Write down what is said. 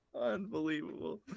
Unbelievable